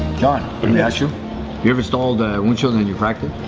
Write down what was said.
john let me ask you you ever installed a windshield and you cracked it?